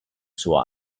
suo